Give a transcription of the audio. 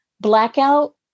blackout